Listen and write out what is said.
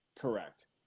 Correct